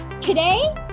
Today